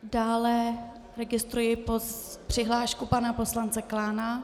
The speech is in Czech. Dále registruji přihlášku pana poslance Klána.